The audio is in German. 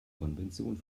konvention